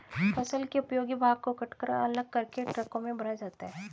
फसल के उपयोगी भाग को कटकर अलग करके ट्रकों में भरा जाता है